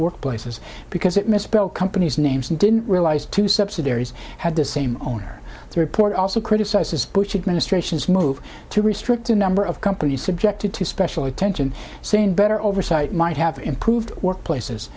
work places because it misspelled companies names and didn't realize to subsidiaries had the same owner report also criticizes bush administration's move to restrict the number of companies subjected to special attention saying better oversight might have improved workplaces